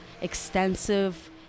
extensive